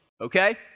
okay